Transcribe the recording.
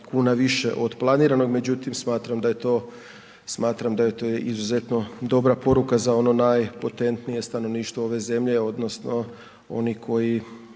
kuna više od planiranog, međutim smatram da je to, smatram da je to izuzetno dobra poruka za ono najpotentnije stanovništvo ove zemlje odnosno oni koji